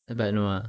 ah but no ah